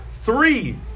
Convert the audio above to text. three